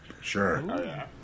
Sure